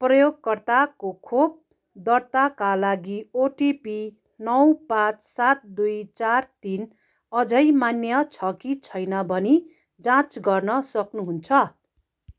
प्रयोगकर्ताको खोप दर्ताका लागि ओटिपी नौ पाँच सात दुई चार तिन अझै मान्य छ कि छैन भनी जाँच गर्न सक्नुहुन्छ